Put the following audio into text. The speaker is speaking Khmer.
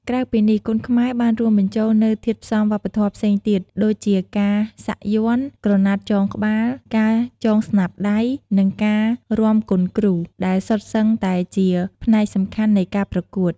ក្រៅពីនេះ គុនខ្មែរបានរួមបញ្ចូលនូវធាតុផ្សំវប្បធម៌ផ្សេងទៀត ដូចជាការសាក់យ័ន្ត ក្រណាត់ចងក្បាល ការចងស្នាប់ដៃ និងការរាំគុនគ្រូ ដែលសុទ្ធសឹងតែជាផ្នែកសំខាន់នៃការប្រកួត។